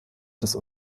das